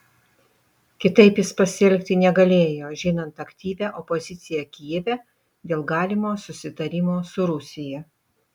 kitaip jis pasielgti negalėjo žinant aktyvią opoziciją kijeve dėl galimo susitarimo su rusija